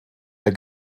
der